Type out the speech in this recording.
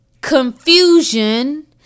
Confusion